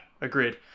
agreed